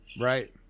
Right